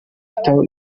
gitabo